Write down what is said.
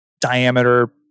diameter